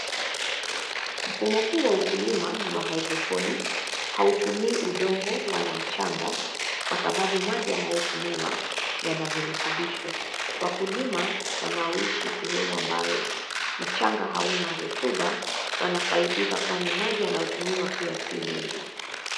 Mfumo huu wa ukulima ni wa hydroponic , hautumii udongo wala mchanga, kwa sababu maji yanayotumiwa, yana virutubisho, wakulima, wanaoishi sehemu ambayo, mchanga hauna rotuba, wanafaidika kwani maji yanayotumiwa pia si mengi.